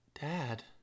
Dad